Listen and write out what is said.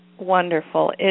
wonderful